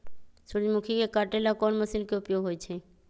सूर्यमुखी के काटे ला कोंन मशीन के उपयोग होई छइ?